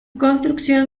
construcción